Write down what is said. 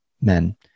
men